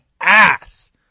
ass